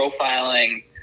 profiling